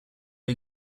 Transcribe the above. are